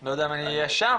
לא יודע אם אני אהיה שם,